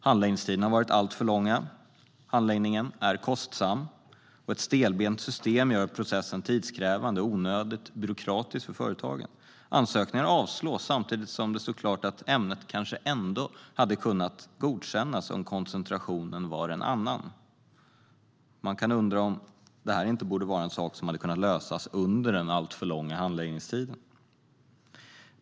Handläggningstiderna har varit alltför långa, handläggningen är kostsam och ett stelbent system gör processen tidskrävande och onödigt byråkratisk för företagen. Ansökningar avslås samtidigt som det står klart att ämnet kanske hade kunnat godkännas om koncentrationen varit en annan. Man kan undra om det här inte hade kunnat lösas under den alltför långa handläggningstiden.